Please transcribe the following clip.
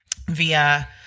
via